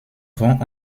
vont